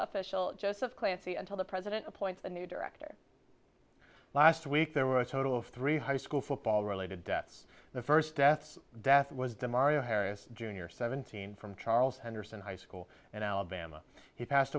official joseph clancy until the president appoints the new director last week there were a total of three high school football related deaths the first deaths death was demario harris jr seventeen from charles henderson high school and alabama he passed